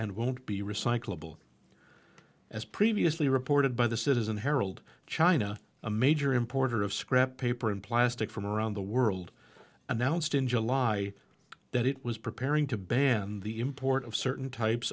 and won't be recyclable as previously reported by the citizen herald china a major importer of scrap paper and plastic from around the world announced in july that it was preparing to ban the import of certain types